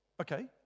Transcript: Okay